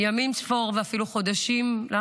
שבה